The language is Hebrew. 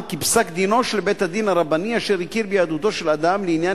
כי פסק-דינו של בית-הדין הרבני אשר הכיר ביהדותו של אדם לעניין